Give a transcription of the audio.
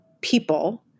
people